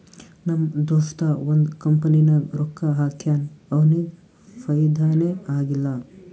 ನಮ್ ದೋಸ್ತ ಒಂದ್ ಕಂಪನಿನಾಗ್ ರೊಕ್ಕಾ ಹಾಕ್ಯಾನ್ ಅವ್ನಿಗ ಫೈದಾನೇ ಆಗಿಲ್ಲ